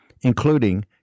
including